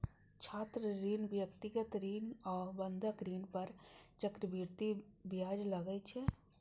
छात्र ऋण, व्यक्तिगत ऋण आ बंधक ऋण पर चक्रवृद्धि ब्याज लागै छै